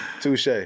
Touche